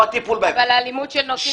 אבל זה ימנע אלימות של נוסעים.